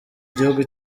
gihugu